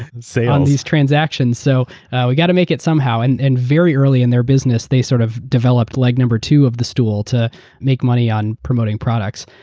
ah on these transactions. so we got to make it somehow. and and very early in their business, they sort of developed leg number two of the stool to make money on promoting products.